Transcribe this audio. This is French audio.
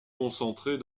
concentrée